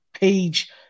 page